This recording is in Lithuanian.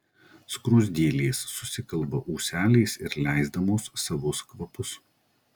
skruzdėlės susikalba ūseliais ir leisdamos savus kvapus